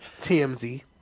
TMZ